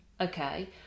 Okay